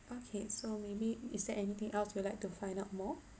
okay so maybe is there anything else you'd like to find out more